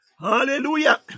Hallelujah